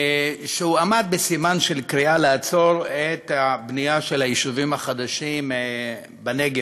שהועמד בסימן של קריאה לעצור את הבנייה של היישובים החדשים בנגב.